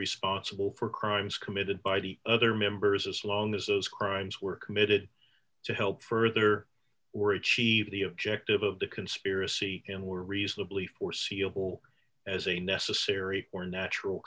responsible for crimes committed by the other members as long as those crimes were committed to help further or achieve the objective of the conspiracy and were reasonably foreseeable as a necessary or natural